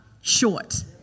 short